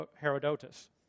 Herodotus